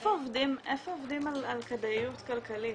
איפה עובדים על כדאיות כלכלית?